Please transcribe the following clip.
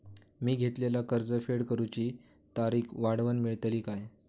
मी घेतलाला कर्ज फेड करूची तारिक वाढवन मेलतली काय?